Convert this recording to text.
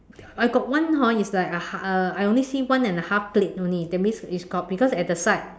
I got one hor it's like a ha~ uh I only see one and a half plate only that means is got because at the side